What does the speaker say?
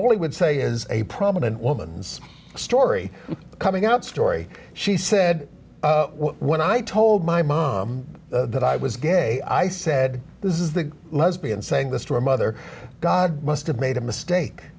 all he would say is a prominent woman's story coming out story she said when i told my mom that i was gay i said this is the lesbian saying this to a mother god must have made a mistake